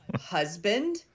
husband